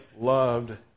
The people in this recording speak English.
loved